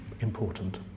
important